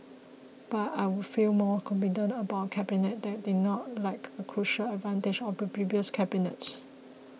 but I would feel more confident about a Cabinet that did not lack a crucial advantage of the previous cabinets